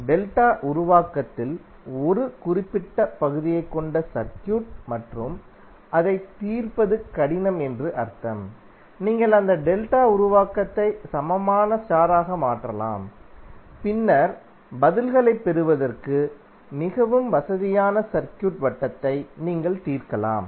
delta உருவாக்கத்தில் 1 குறிப்பிட்ட பகுதியைக் கொண்ட சர்க்யூட் மற்றும் அதைத் தீர்ப்பது கடினம் என்று அர்த்தம் நீங்கள் அந்த டெல்டா உருவாக்கத்தை சமமான ஸ்டாராக மாற்றலாம் பின்னர் பதில்களைப் பெறுவதற்கு மிகவும் வசதியான சர்க்யூட் வட்டத்தை நீங்கள் தீர்க்கலாம்